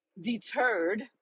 deterred